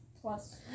plus